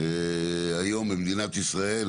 היום במדינת ישראל